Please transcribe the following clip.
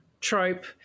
trope